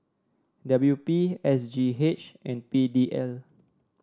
W P S G H and P D L